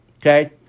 Okay